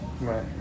Right